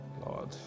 Lord